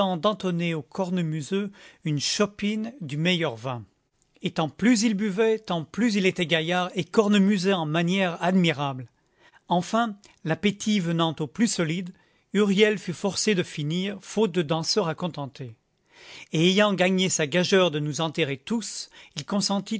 au cornemuseux une chopine du meilleur vin et tant plus il buvait tant plus il était gaillard et cornemusait en manière admirable enfin l'appétit venant aux plus solides huriel fut forcé de finir faute de danseurs à contenter et ayant gagné sa gageure de nous enterrer tous il consentit